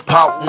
Pop